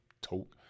talk